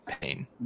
Pain